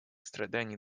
страданий